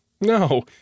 No